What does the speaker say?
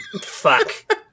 Fuck